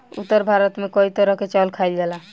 उत्तर भारत में कई तरह के चावल खाईल जाला